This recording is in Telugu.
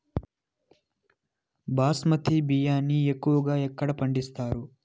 బాస్మతి బియ్యాన్ని ఎక్కువగా ఎక్కడ పండిస్తారు?